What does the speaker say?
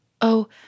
Oh